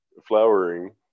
flowering